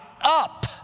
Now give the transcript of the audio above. up